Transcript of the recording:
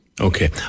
Okay